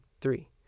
three